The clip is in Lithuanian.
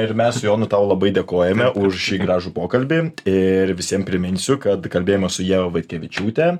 ir mes su jonu tau labai dėkojame už šį gražų pokalbį ir visiem priminsiu kad kalbėjime su ieva vaitkevičiūte